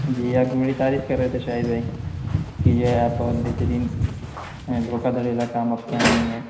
جی آپ کی بڑی تعریف کر رہے تھے شاہد بھائی کہ جو ہے آپ بہت بہترین ہیں دھوکہ دھڑی والا کام آپ کے یہاں نہیں ہے